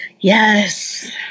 Yes